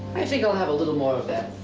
i think i'll have a little more of that